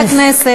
חברי הכנסת,